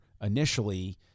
initially